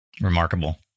Remarkable